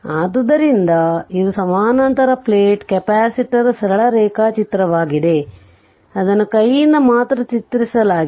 ಆದ್ದರಿಂದ ಇದು ಸಮಾನಾಂತರ ಪ್ಲೇಟ್ ಕೆಪಾಸಿಟರ್ ಸರಳ ರೇಖಾಚಿತ್ರವಾಗಿದೆ ಅದನ್ನು ಕೈಯಿಂದ ಮಾತ್ರ ಚಿತ್ರಿಸಲಾಗಿದೆ